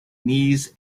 knees